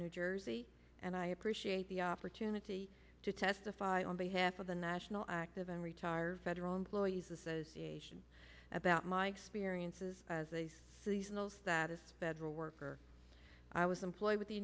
new jersey and i appreciate the opportunity to testify on behalf of the national active and retired federal employees association about my experiences in those that as bedroom worker i was employed with the